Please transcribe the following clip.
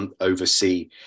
oversee